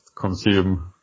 consume